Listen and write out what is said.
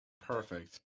Perfect